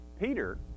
Peter